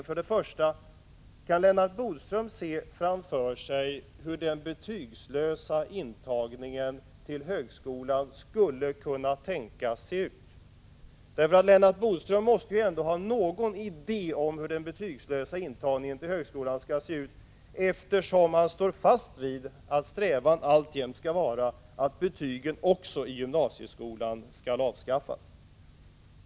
För det första: Kan Lennart Bodström se framför sig hur den betygslösa intagningen till högskolan skulle kunna tänkas se ut? Lennart Bodström måste ändå ha någon idé om hur den betygslösa intagningen till högskolan skall se ut, eftersom han står fast vid att strävan alltjämt skall vara att betygen också i gymnasieskolan skall avskaffas.